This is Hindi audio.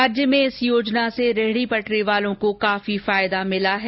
राज्य में इस योजना से रेहडी पटरी वालों को काफी फायदा भिला है